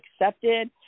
accepted